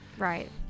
Right